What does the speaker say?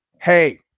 hey